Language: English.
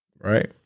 right